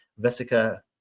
Vesica